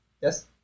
Yes